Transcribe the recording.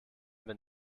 wenn